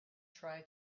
try